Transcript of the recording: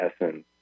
essence